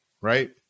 right